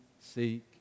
seek